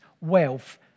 wealth